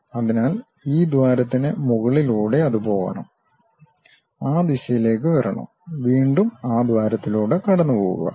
അതിനാൽ ഈ ദ്വാരത്തിന് മുകളിലൂടെ അത് പോകണം ആ ദിശയിലേക്ക് വരണം വീണ്ടും ആ ദ്വാരത്തിലൂടെ കടന്നുപോകുക